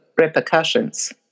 repercussions